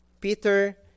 Peter